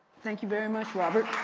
thank you very much robert.